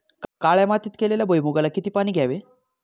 काळ्या मातीत केलेल्या भुईमूगाला किती पाणी द्यावे?